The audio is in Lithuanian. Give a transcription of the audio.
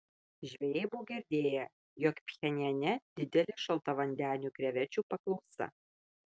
žvejai buvo girdėję jog pchenjane didelė šaltavandenių krevečių paklausa